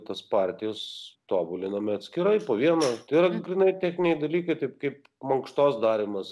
tas partijas tobuliname atskirai po vieną tai yra grynai techniniai dalykai taip kaip mankštos darymas